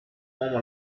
uomo